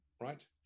right